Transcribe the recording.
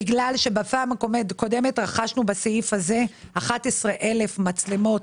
בגלל שבפעם הקודמת רכשנו בסעיף הזה 11,000 מצלמות